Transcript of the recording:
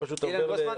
אילן קוסמן,